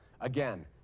again